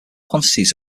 quantities